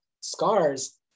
scars